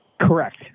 Correct